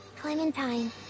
Clementine